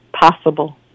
Possible